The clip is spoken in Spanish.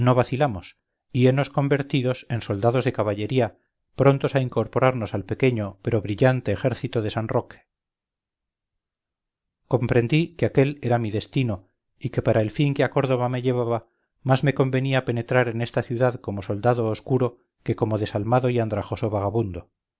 vacilamos y henos convertidos en soldados de caballería prontos a incorporarnos al pequeño pero brillante ejército de san roque comprendí que aquel era mi destino y que para el fin que a córdoba me llevaba más me convenía penetrar en esta ciudad como soldado oscuro que como desalmado y andrajoso vagabundo